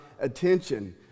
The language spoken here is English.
attention